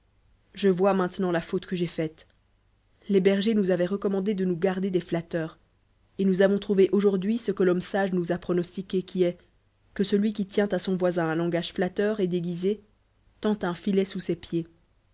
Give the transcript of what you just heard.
je vois maintenant la faute que i i faite les bergers nous avoient recommandé de nous garder des flatteurs et nous avons trouvé aujonrd'hui ce que l'homme sage noua a pronostiqué qui est que celui qui tient son voisin un langage flatteur et déguisé tend nu filet sons ses pieds